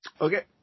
Okay